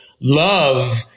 love